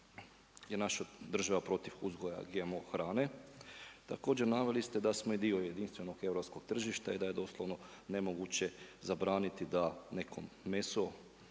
je naša država protiv uzgoja GMO hrane. Također naveli ste da smo dio jedinstvenog europskog tržišta i da je doslovno nemoguće zabraniti da neko meso